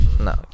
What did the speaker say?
No